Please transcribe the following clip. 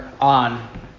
on